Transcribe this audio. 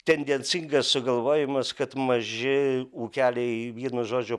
tendencingas sugalvojimas kad maži ūkeliai vienu žodžiu